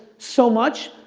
so much,